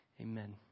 Amen